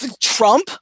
Trump